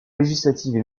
législatives